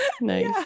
nice